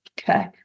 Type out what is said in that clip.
Okay